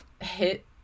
hit